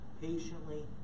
patiently